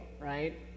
right